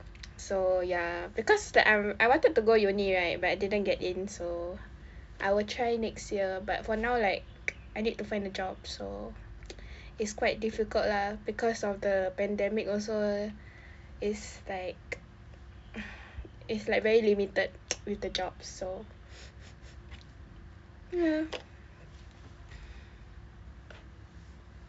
so ya because like I I wanted to go uni right but I didn't get in so I will try next year but for now like I need to find a job so is quite difficult lah because of the pandemic also it's like uh it's like very limited with the jobs so hmm